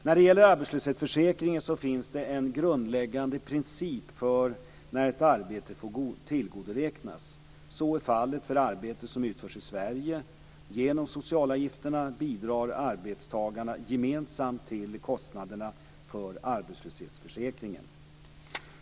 När det gäller arbetslöshetsförsäkringen finns det en grundläggande princip för när ett arbete får tillgodoräknas. Så är fallet för arbete som utförs i Sverige. Genom socialavgifterna bidrar arbetstagarna gemensamt till kostnaderna för arbetslöshetsförsäkringen.